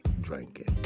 drinking